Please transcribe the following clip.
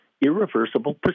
irreversible